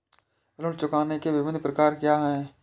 ऋण चुकाने के विभिन्न प्रकार क्या हैं?